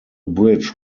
bridge